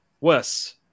Wes